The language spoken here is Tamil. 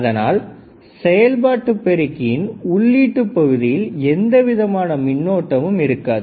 அதனால் செயல்பாட்டு பெருக்கியின் உள்ளீட்டு பகுதியில் எந்த விதமான மின்னோட்டமும் இருக்காது